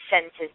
senses